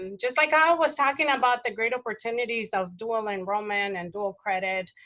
um just like kyle was talking about the great opportunities of dual enrollment and dual credit,